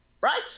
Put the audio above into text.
right